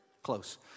Close